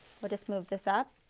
will just move this up